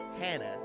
Hannah